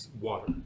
water